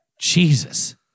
Jesus